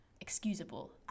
excusable